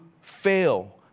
fail